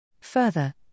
Further